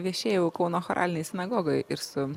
viešėjau kauno choralinėj sinagogoj ir su